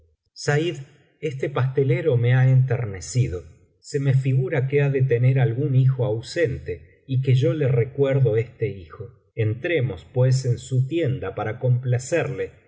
said este pastelero me ha enternecido se rae figura que ha de tener algún biblioteca valenciana generalitat valenciana historia del visir nureddin hijo ausente y que yo le recuerdo este hijo entremos pues en su tienda para complacerle y